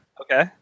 Okay